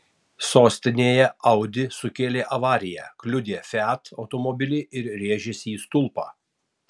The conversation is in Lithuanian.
sostinėje audi sukėlė avariją kliudė fiat automobilį ir rėžėsi į stulpą